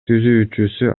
түзүүчүсү